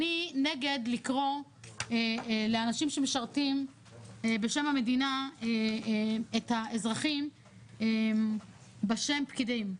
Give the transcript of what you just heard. אני נגד לקרוא לאנשים שמשרתים בשם המדינה את האזרחים בשם פקידים,